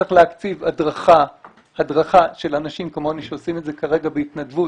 וצריך להקציב הדרכה של אנשים כמוני שעושים את זה כרגע בהתנדבות,